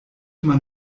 man